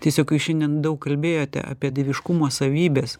tiesiog jūs šiandien daug kalbėjote apie dieviškumo savybes